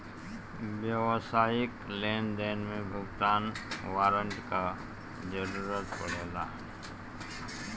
व्यावसायिक लेनदेन में भुगतान वारंट कअ जरुरत पड़ेला